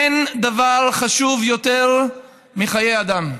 אין דבר חשוב יותר מחיי אדם: